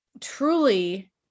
truly